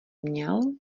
měl